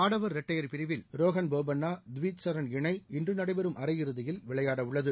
ஆடவர் இரட்டையர் பிரவில் ரோஹன்போபண்ணா தீவித் சரன் இணை இன்று நடைபெறும் அரையிறுதியில் விளையாடவுள்ளது